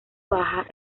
baja